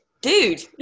dude